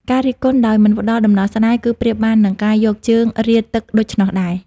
ការរិះគន់ដោយមិនផ្ដល់ដំណោះស្រាយ គឺប្រៀបបាននឹងការយកជើងរាទឹកដូច្នោះដែរ។